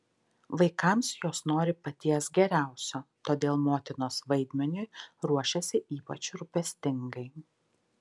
vaikams jos nori paties geriausio todėl motinos vaidmeniui ruošiasi ypač rūpestingai